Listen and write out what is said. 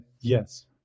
Yes